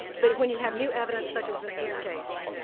but when you have new evidence, such as in this case,